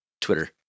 Twitter